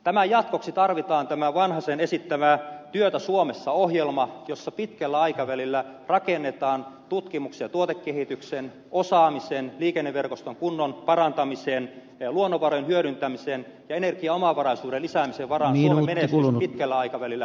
tämän jatkoksi tarvitaan tämä vanhasen esittämä työtä suomessa ohjelma jossa pitkällä aikavälillä rakennetaan tutkimuksen ja tuotekehityksen osaamisen liikenneverkoston kunnon parantamisen luonnonvarojen hyödyntämisen ja energiaomavaraisuuden lisäämisen varaan suomen menestys pitkällä aikavälillä